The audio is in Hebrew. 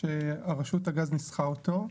שרשות הגז ניסחה אותו.